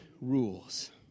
rules